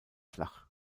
flach